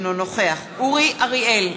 אינו נוכח אורי אריאל,